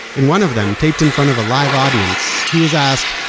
in one of them, taped in front of a live audience, he was asked,